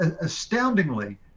astoundingly